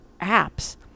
apps